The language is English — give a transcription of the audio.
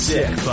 Sick